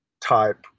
type